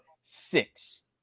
six